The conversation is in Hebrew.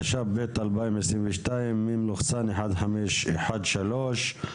התשפ"ב-2022, מ/1513.